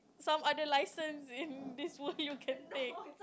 some other licence in this world you can take